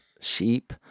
sheep